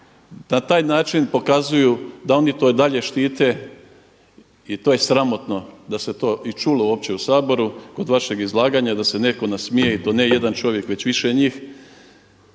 Na taj način pokazuju da oni to i dalje štite i to je sramotno da se to i čulo uopće u Saboru kod vašeg izlaganja, da se netko nasmije i to ne jedan čovjek već više njih.